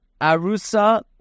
arusa